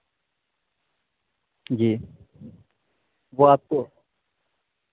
جی وہ آپ کو